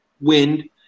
wind